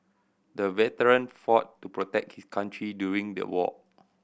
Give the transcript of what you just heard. the veteran fought to protect his country during the war